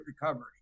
Recovery